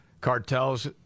cartels